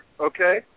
okay